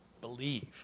believe